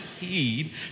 heed